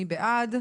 מי בעד?